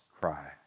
cry